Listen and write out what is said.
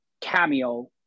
cameo